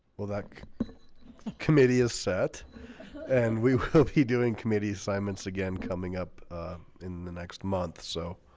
well that committee is set and we hope he doing committee assignments again coming up in the next month. so